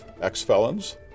ex-felons